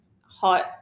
hot